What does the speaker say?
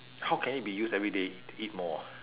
how can it be used every day to eat more ah